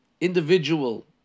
individual